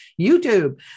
youtube